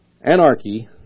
Anarchy